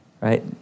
right